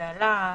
זה עלה.